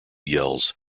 yells